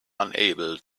unable